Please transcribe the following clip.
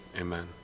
amen